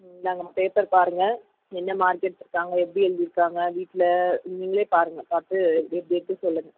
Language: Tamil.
இந்தாங்க பேப்பர் பாருங்கள் என்ன மார்க் எடுத்துருக்காங்க எப்படி எழுதிருக்காங்க வீட்டில் நீங்களே பாருங்கள் பார்த்து எப்படி எப்படி இருக்குன்னு சொல்லுங்கள்